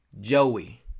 Joey